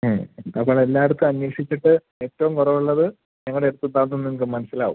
അപ്പൊ എല്ലായിടത്തും അന്വേഷിച്ചിട്ട് ഏറ്റവും കുറവുള്ളത് ഞങ്ങൾ എടുത്ത് തരുമ്പോൾ നിങ്ങൾക്ക് മനസ്സിലാവും